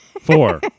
Four